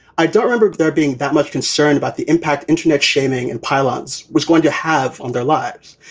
i do remember there being that much concern about the impact internet shaming and pylons was going to have on their lives.